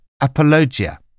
apologia